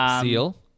Seal